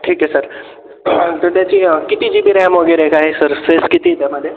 ठीक आहे सर तर त्याची किती जी बी रॅम वगैरे आहे काय आहे सर स्पेस किती आहे त्यामध्ये